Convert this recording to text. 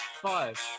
Five